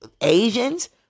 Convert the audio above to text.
Asians